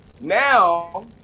Now